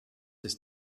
des